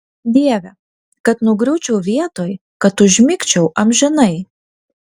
dieve kad nugriūčiau vietoj kad užmigčiau amžinai